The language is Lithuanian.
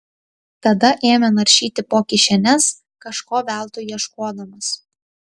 tada ėmė naršyti po kišenes kažko veltui ieškodamas